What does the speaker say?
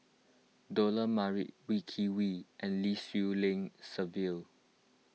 Dollah Majid Wee Kim Wee and Lim Swee Lian Sylvia